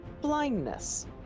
blindness